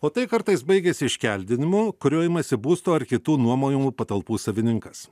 o tai kartais baigiasi iškeldinimu kuriuo imasi būsto ar kitų nuomojamų patalpų savininkas